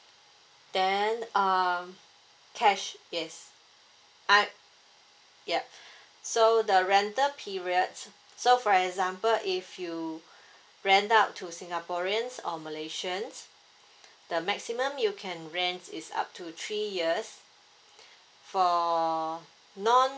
then um cash yes I'm yup so the rental periods so for example if you rent out to singaporeans or malaysians the maximum you can rent is is up to three years for none